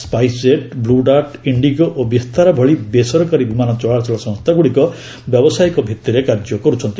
skies jet ବୁଡାର୍ଟ ଇଣ୍ଡିଗୋ ଓ ବିସ୍ତାରା ଭଳି ବେସରକାରୀ ବିମାନ ଚଳାଚଳ ସଂସ୍ଥାଗୁଡ଼ିକ ବ୍ୟବସାୟିକ ଭିତ୍ତିରେ କାର୍ଯ୍ୟ କରୁଛନ୍ତି